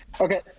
okay